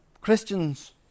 Christians